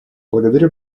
благодарю